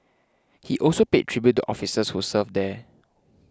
he also paid tribute to officers who served there